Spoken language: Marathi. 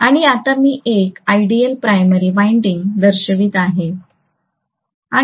आणि आता मी एक आयडियल प्रायमरी वाइंडिंग दर्शवित आहे